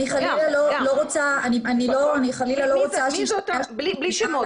אני חלילה לא רוצה ש --- בלי שמות,